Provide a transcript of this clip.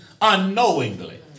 unknowingly